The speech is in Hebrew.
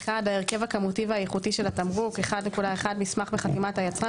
1. ההרכב הכמותי והאיכותי של התמרוק: 1.1. מסמך בחתימת היצרן